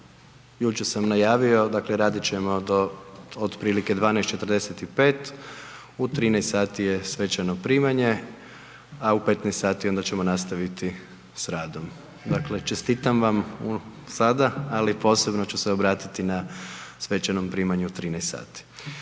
jučer sam najavio, dakle, radit ćemo do otprilike 12,45, u 13 sati je svečano primanje, a u 15 sati, onda ćemo nastaviti s radom. Dakle, čestitam vam sada, ali posebno ću se obratiti na svečanom primanju u 13